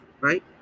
right